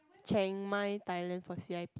Chengmai Thailand for C_I_P